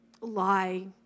lie